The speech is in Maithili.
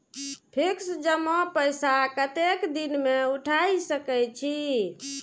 फिक्स जमा पैसा कतेक दिन में उठाई सके छी?